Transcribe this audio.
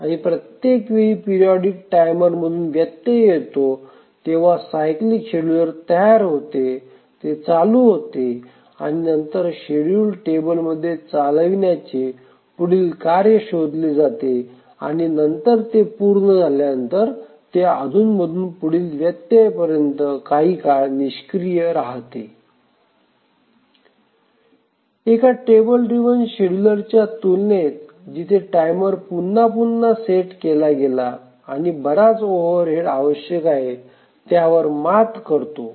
आणि प्रत्येक वेळी पिरिऑडिक टाइमरमधून व्यत्यय येतो तेव्हा सायक्लीक शेड्युलर तयार होते ते चालू होते आणि नंतर शेड्यूल टेबलमध्ये चालविण्याचे पुढील कार्य शोधले जाते आणि नंतर ते पूर्ण झाल्यानंतर ते अधूनमधून पुढील व्यत्ययपर्यंत काही काळ निष्क्रिय राहते एका टेबल ड्रिव्हन शेड्युलरच्या तुलनेत जिथे टाईमर पुन्हा पुन्हा सेट केला गेला आणि बराच ओव्हरहेड आवश्यक आहे त्याच्यावर मात करतो